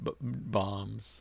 bombs